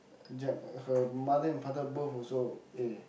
j~ her mother and father both also A